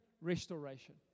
restoration